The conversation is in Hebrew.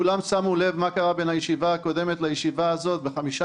כולם שמו לב מה קרה בין הישיבה הקודמת לישיבה הזאת בחמישה